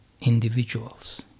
individuals